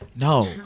No